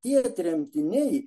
tie tremtiniai